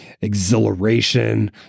exhilaration